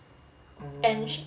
and